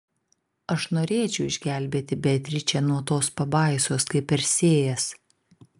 aš norėčiau išgelbėti beatričę nuo tos pabaisos kaip persėjas